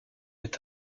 est